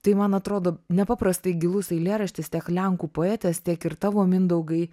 tai man atrodo nepaprastai gilus eilėraštis tiek lenkų poetės tiek ir tavo mindaugai